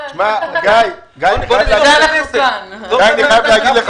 גיא, אני חייב להגיד לך